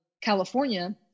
California